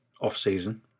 off-season